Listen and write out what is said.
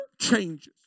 changes